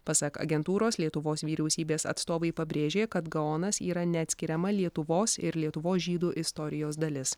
pasak agentūros lietuvos vyriausybės atstovai pabrėžė kad gaonas yra neatskiriama lietuvos ir lietuvos žydų istorijos dalis